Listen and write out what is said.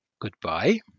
goodbye